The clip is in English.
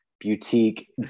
boutique